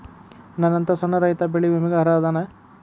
ನನ್ನಂತ ಸಣ್ಣ ರೈತಾ ಬೆಳಿ ವಿಮೆಗೆ ಅರ್ಹ ಅದನಾ?